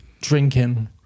drinking